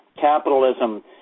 capitalism